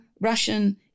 russian